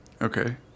Okay